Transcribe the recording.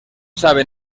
sabe